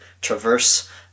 traverse